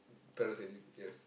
parasailing yes